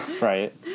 right